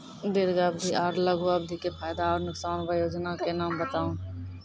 दीर्घ अवधि आर लघु अवधि के फायदा आर नुकसान? वयोजना के नाम बताऊ?